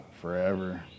Forever